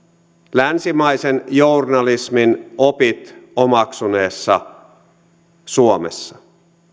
länsimaisen journalismin opit omaksuneessa suomessa